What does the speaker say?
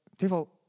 people